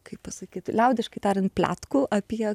kaip pasakyt liaudiškai tariant pletkų apie